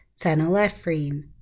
phenylephrine